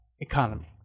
economy